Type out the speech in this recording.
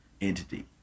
entity